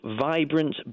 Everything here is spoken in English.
vibrant